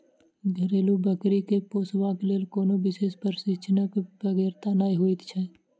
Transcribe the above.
घरेलू बकरी के पोसबाक लेल कोनो विशेष प्रशिक्षणक बेगरता नै होइत छै